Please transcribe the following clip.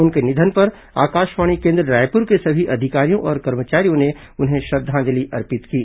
उनके निधन पर आकाशवाणी केन्द्र रायपुर के सभी अधिकारियों और कर्मचारियों ने उन्हें श्रद्धांजलि अर्पित की है